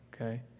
okay